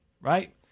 right